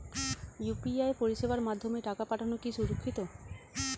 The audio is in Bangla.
ইউ.পি.আই পরিষেবার মাধ্যমে টাকা পাঠানো কি সুরক্ষিত?